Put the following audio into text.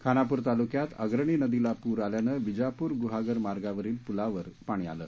खानापूर तालुक्यात अग्रणी नदीला पूर आल्यानं विजापूर गुहागर महामार्गावरील पुलावर पाणी आलं